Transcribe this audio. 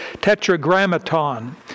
tetragrammaton